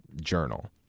journal